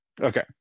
Okay